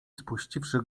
spuściwszy